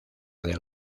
del